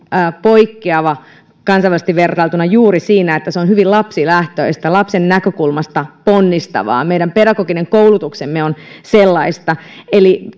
poikkeava kansainvälisesti vertailtuna juuri siinä että se on hyvin lapsilähtöistä lapsen näkökulmasta ponnistavaa meidän pedagoginen koulutuksemme on sellaista eli